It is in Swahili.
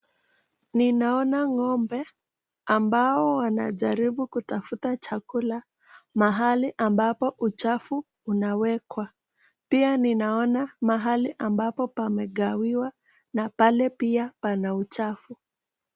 Ninaona ng'ombe ambao wanajaribu kutafuta chakula mahali ambapo uchafu unawekwa. Pia ninaona mahali ambapo pamegawiwa na pale pia pana uchafu.